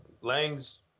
Lang's